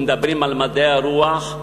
אם מדברים על מדעי הרוח,